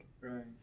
Right